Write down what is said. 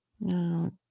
No